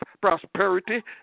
prosperity